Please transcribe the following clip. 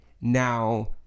now